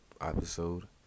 episode